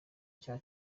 icya